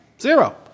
zero